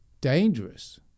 dangerous